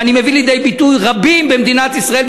ואני מביא לידי ביטוי רבים במדינת ישראל,